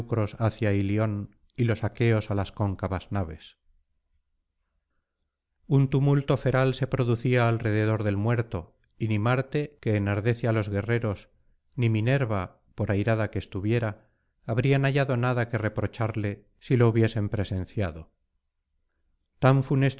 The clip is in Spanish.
hacia ilion y los aqueos á las cóncavas naves un tumulto feral se producía alrededor del muerto y ni marte que enardece á los guerreros ni minerva por airada que estuviera habrían hallado nada que reprocharle si lo hubiesen presenciado tan